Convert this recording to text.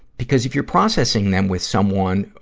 because if you're processing them with someone,